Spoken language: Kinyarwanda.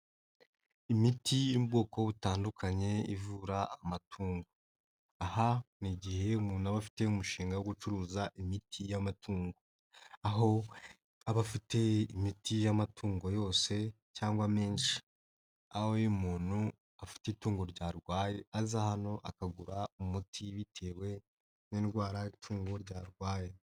Imiti y'ubwoko butandukanye ivura amatungo. Aha ni igihe umuntu aba afite umushinga wo gucuruza imiti y'amatungo aho aba afite imiti y'amatungo yose cyangwa menshi aho iyo umuntu afite itungo ryarwaye, aza hano akagura umuti bitewe n'indwara itungo ryarwaye.